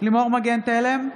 לימור מגן תלם,